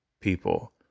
people